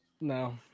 no